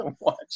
watch